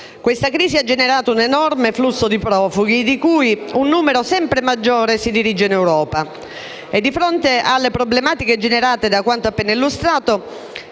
Questa crisi ha generato un enorme flusso di profughi, dei quali un numero sempre maggiore si dirige in Europa. Di fronte alle problematiche generate da quanto appena illustrato,